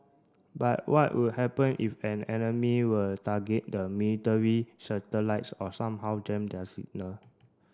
but what would happen if an enemy were target the military satellites or somehow jam their signal